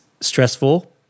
stressful